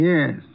Yes